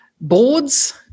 boards